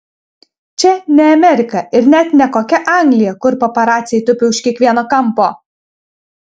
čia ne amerika ir net ne kokia anglija kur paparaciai tupi už kiekvieno kampo